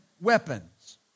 weapons